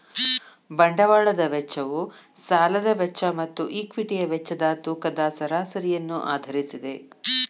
ಬಂಡವಾಳದ ವೆಚ್ಚವು ಸಾಲದ ವೆಚ್ಚ ಮತ್ತು ಈಕ್ವಿಟಿಯ ವೆಚ್ಚದ ತೂಕದ ಸರಾಸರಿಯನ್ನು ಆಧರಿಸಿದೆ